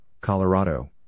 Colorado